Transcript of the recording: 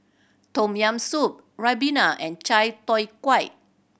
Tom Yam Soup ribena and chai tow kway